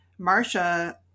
Marsha